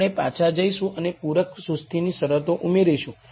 આપણે પાછા જઈશું અને પૂરક સુસ્તીની શરતો ઉમેરીશું